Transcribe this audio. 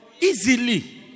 easily